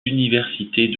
universités